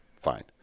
fine